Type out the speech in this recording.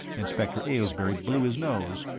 inspector aylesbury blew his nose.